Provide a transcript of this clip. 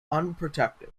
unprotected